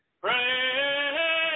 Pray